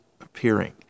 appearing